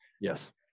Yes